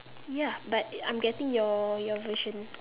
ya but I'm getting your your version